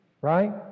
Right